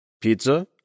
Pizza